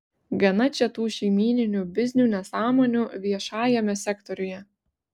gana čia tų šeimyninių biznių nesąmonių viešajame sektoriuje